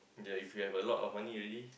yea if you have a lot of money already